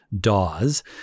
DAWs